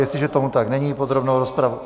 Jestliže tomu tak není, podrobnou rozpravu...